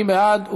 מי בעד?